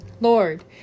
Lord